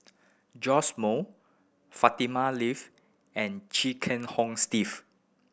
Joash Moo Fatimah Lateef and Chia Kiah Hong Steve